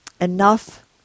enough